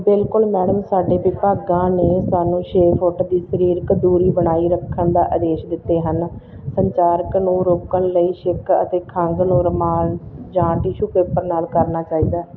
ਬਿਲਕੁਲ ਮੈਡਮ ਸਾਡੇ ਵਿਭਾਗਾਂ ਨੇ ਸਾਨੂੰ ਛੇ ਫੁੱਟ ਦੀ ਸਰੀਰਕ ਦੂਰੀ ਬਣਾਈ ਰੱਖਣ ਦਾ ਆਦੇਸ਼ ਦਿੱਤੇ ਹਨ ਸੰਚਾਰਨ ਨੂੰ ਰੋਕਣ ਲਈ ਛਿੱਕ ਅਤੇ ਖੰਘ ਨੂੰ ਰੁਮਾਲ ਜਾਂ ਟਿਸ਼ੂ ਪੇਪਰ ਨਾਲ ਕਰਨਾ ਚਾਹੀਦਾ